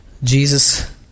Jesus